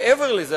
מעבר לזה,